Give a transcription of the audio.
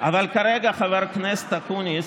אבל כרגע, חבר הכנסת אקוניס,